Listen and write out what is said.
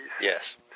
Yes